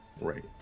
Right